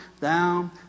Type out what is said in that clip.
down